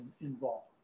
involved